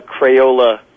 Crayola